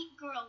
girl